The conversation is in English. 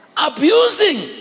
abusing